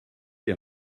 les